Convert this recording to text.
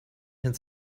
ins